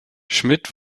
schmid